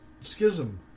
schism